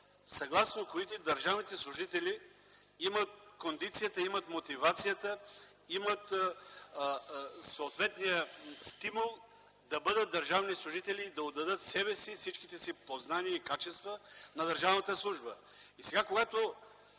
съгласно които държавните служители имат кондицията, имат мотивацията, имат съответния стимул да бъдат държавни служители, да отдадат себе си, всичките си познания и качества на държавната служба. Сега, когато